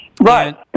Right